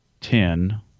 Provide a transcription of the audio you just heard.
ten